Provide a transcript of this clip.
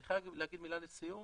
אני חייב להגיד לסיכום,